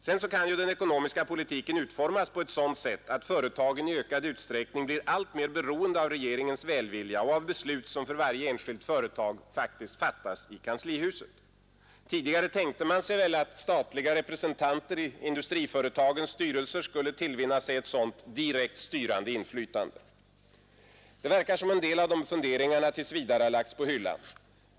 Vidare kan den ekonomiska politiken utformas på ett sådant sätt, att företagen i ökad utsträckning blir alltmer beroende av regeringens välvilja och av beslut som för varje enskilt företag fattas i kanslihuset. Tidigare tänkte man sig också att staten genom statliga representanter i industriföretagens styrelser skulle tillvinna sig ett sådant direkt styrande inflytande. Det verkar som om en del av dessa funderingar tills vidare lagts på hyllan.